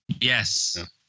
Yes